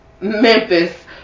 Memphis